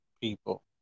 people